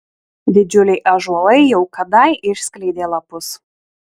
didžiuliai ąžuolai jau kadai išskleidė lapus